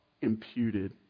imputed